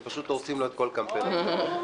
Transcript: פשוט הורסים לו את כל קמפיין הבחירות.